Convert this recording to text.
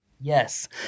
Yes